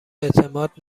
اعتماد